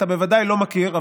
אתה בוודאי לא מכיר,